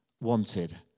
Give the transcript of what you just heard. wanted